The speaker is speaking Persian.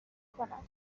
کنم